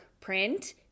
print